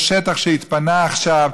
יש שטח שהתפנה עכשיו,